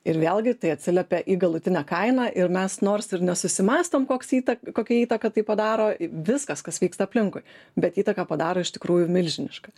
ir vėlgi tai atsiliepia į galutinę kainą ir mes nors ir nesusimąstom koks įta kokia įtaką tai padaro viskas kas vyksta aplinkui bet įtaką padaro iš tikrųjų milžinišką